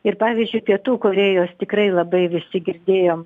ir pavyzdžiui pietų korėjos tikrai labai visi girdėjom